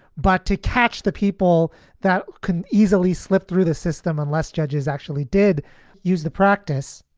but to catch the people that can easily slip through the system unless judges actually did use the practice.